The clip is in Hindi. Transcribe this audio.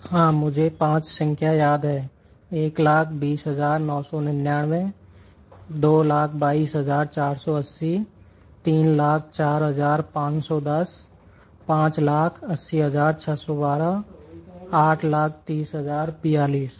हाँ मुझे पाँच संख्या याद है एक लाख बीस हज़ार नौ सौ निन्यानवे दो लाख बाईस हज़ार चार सौ अस्सी तीन लाख चार हज़ार पाँच सौ दस पाँच लाख अस्सी हज़ार छः सौ बारह आठ लाख तीस हज़ार बयालीस